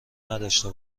نداشته